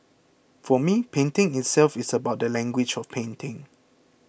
for me painting itself is about the language of painting